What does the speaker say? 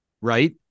right